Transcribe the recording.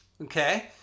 Okay